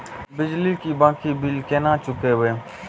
बिजली की बाकी बील केना चूकेबे?